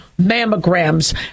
mammograms